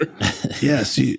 Yes